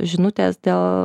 žinutės dėl